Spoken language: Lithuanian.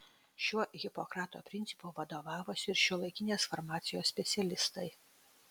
šiuo hipokrato principu vadovavosi ir šiuolaikinės farmacijos specialistai